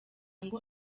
ngo